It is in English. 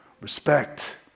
respect